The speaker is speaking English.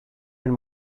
and